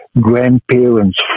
grandparents